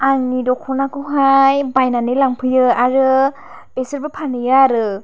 आंनि दख'नाखौहाय बायनानै लांफैयो आरो बेसोरबो फानहैयो आरो